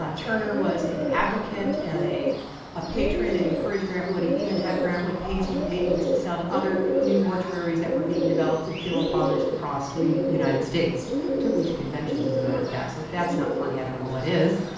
ah turner was an advocate and a patron and encouraged grant wood. he even had grant wood painting paintings to sell to other new mortuaries that were being developed and funeral parlors across the united states. states. took him to conventions as a matter of fact, so if that's not funny, i don't know what is.